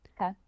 okay